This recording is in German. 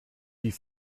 die